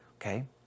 okay